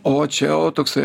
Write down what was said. o čia jau toksai